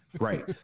right